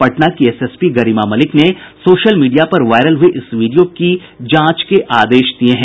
पटना की एसएसपी गरिमा मलिक ने social media पर वायरल हुये इस वीडियो की जांच के आदेश दिये हैं